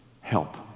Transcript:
Help